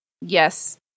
Yes